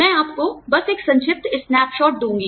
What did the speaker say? मैं आपको बस एक संक्षिप्त स्नैपशॉट दूँगी